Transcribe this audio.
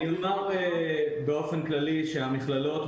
באופן כללי המכללות,